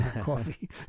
coffee